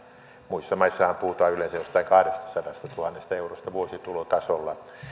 muissa maissahan puhutaan yleensä jostain kahdestasadastatuhannesta eurosta vuositulotasolla